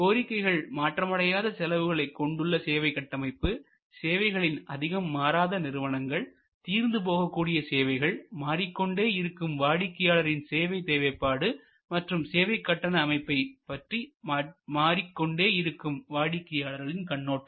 கோரிக்கைகள் மாற்றமடையாத செலவுகளை கொண்டுள்ள சேவை கட்டமைப்பு சேவைகளின் அதிகம் மாறாத நிறுவனங்கள் தீர்ந்து போகக்கூடிய சேவைகள் மாறிக்கொண்டே இருக்கும் வாடிக்கையாளரின் சேவை தேவைப்பாடு மற்றும் சேவைக் கட்டண அமைப்பைப் பற்றி மாறிக்கொண்டே இருக்கும் வாடிக்கையாளர் கண்ணோட்டம்